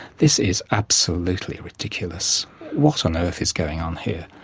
this is absolutely ridiculous what on earth is going on here?